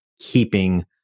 keeping